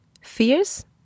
Fears